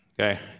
Okay